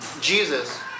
Jesus